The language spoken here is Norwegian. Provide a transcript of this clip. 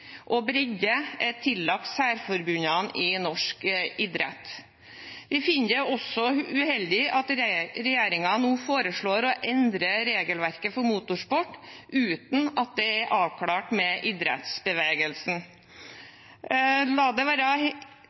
og bredde er tillagt særforbundene i norsk idrett. Vi finner det også uheldig at regjeringen nå foreslår å endre regelverket for motorsport uten at det er avklart med idrettsbevegelsen. La det ikke være